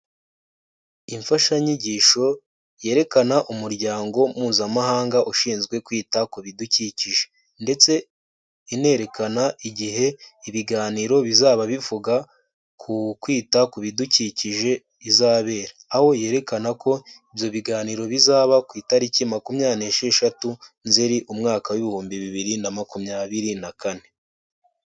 Imfashanyigisho yerekana umuryango mpuzamahanga ushinzwe kwita ku bidukikije, ndetse inerekana igihe ibiganiro bizaba bivuga ku kwita ku bidukikije bizabera. Aho yerekana ko ibyo biganiro bizaba ku itariki makumyabiri nesheshatu nzeri umwaka w'ibihumbi bibiri na makumyabiri na kane.